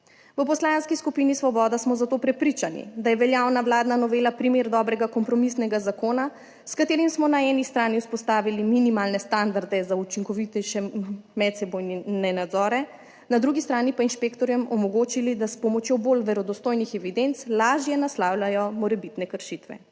V Poslanski skupini Svoboda smo zato prepričani, da je veljavna vladna novela primer dobrega kompromisnega zakona, s katerim smo na eni strani vzpostavili minimalne standarde za 15. TRAK: (DAG) – 10.10 (nadaljevanje) učinkovitejše medsebojne nadzore, na drugi strani pa inšpektorjem omogočili, da s pomočjo bolj verodostojnih evidenc lažje naslavljajo morebitne kršitve.